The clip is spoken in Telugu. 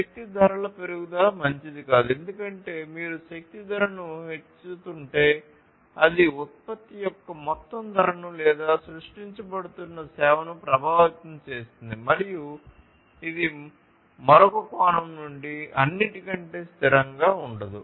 శక్తి ధరల పెరుగుదల మంచిది కాదు ఎందుకంటే మీరు శక్తి ధరను పెంచుతుంటే అది ఉత్పత్తి యొక్క మొత్తం ధరను లేదా సృష్టించబడుతున్న సేవను ప్రభావితం చేస్తుంది మరియు ఇది మరొక కోణం నుండి అన్నింటికంటే స్థిరంగా ఉండదు